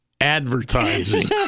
advertising